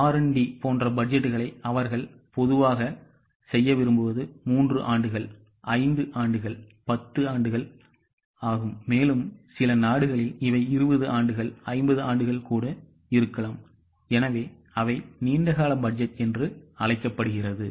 R and D போன்ற பட்ஜெட்டுகளை அவர்கள் பொதுவாக செய்ய விரும்புவது 3 ஆண்டுகள் 5 ஆண்டுகள் 10 ஆண்டுகள் ஆகும் மேலும் சில நாடுகளில் இவை 20 ஆண்டுகள் 50 ஆண்டுகள் கூட இருக்கலாம் எனவே அவை நீண்ட கால பட்ஜெட் என்று அழைக்கப்படுகிறது